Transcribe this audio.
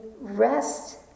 rest